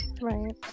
Right